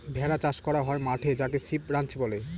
ভেড়া চাষ করা হয় মাঠে যাকে সিপ রাঞ্চ বলে